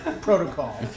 protocol